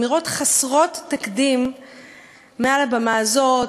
אמירות חסרות תקדים מעל הבמה הזאת,